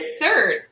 third